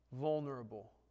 vulnerable